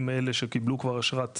עם אלה שקיבלו כבר אשרת עולה,